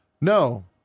No